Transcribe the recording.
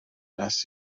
nes